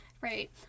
right